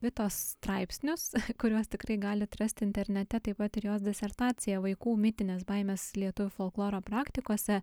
vitos straipsnius kuriuos tikrai galit rasti internete taip pat ir jos disertaciją vaikų mitinės baimės lietuvių folkloro praktikose